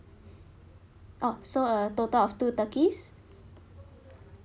oh so a total of two turkeys